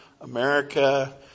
America